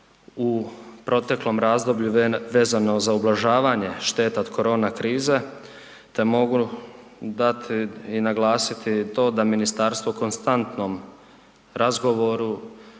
u proteklom razdoblju vezano za ublažavanje šteta od korona krize, te mogu dati i naglasiti to da ministarstvo konstantnom razgovoru